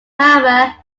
however